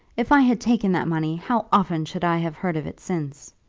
if i had taken that money how often should i have heard of it since?